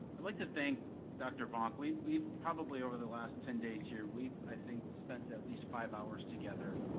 i'd like to thank doctor vonck, we've we've probably over the last ten days here, we've i think spent at least five hours together